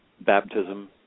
baptism